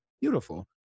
beautiful